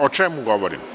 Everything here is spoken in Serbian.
O čemu govorim?